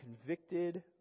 convicted